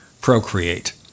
procreate